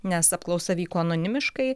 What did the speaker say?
nes apklausa vyko anonimiškai